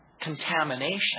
contamination